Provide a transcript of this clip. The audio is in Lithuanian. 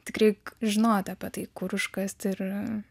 tik reik žinoti apie tai kur užkasti ir